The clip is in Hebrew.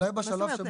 מה זאת אומרת?